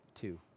two